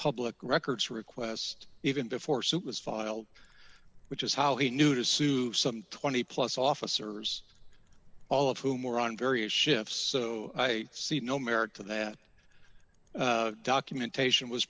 public records request even before suit was filed which is how he knew to sue some twenty plus officers all of whom were on various shifts so i see no merit to that documentation was